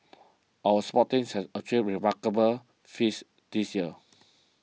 our sports teams has achieved remarkable feats this year